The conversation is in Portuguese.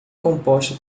composta